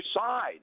side